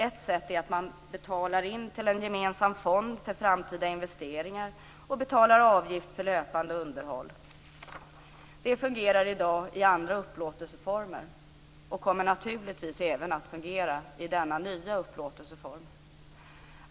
Ett sätt är att man betalar in till en gemensam fond för framtida investeringar och betalar avgift för löpande underhåll. Det fungerar i dag i andra upplåtelseformer och kommer naturligtvis även att fungera i denna nya upplåtelseform.